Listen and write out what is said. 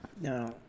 Now